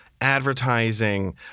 advertising